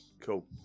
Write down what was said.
cool